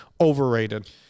overrated